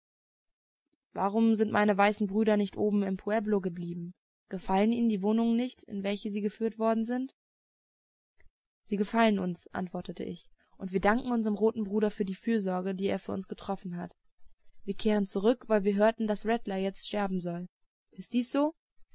warum sind meine weißen brüder nicht oben im pueblo geblieben gefallen ihnen die wohnungen nicht in welche sie geführt worden sind sie gefallen uns antwortete ich und wir danken unsrem roten bruder für die fürsorge die er für uns getroffen hat wir kehren zurück weil wir hörten daß rattler jetzt sterben soll ist dies so